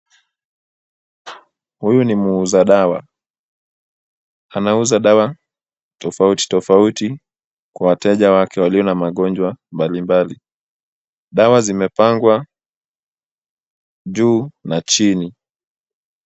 Huyu ni muuza dawa, anauza dawa tofauti tofauti kwa wateja wake walio na magonjwa mbali mbali. Dawa zimepangwa juu na chini.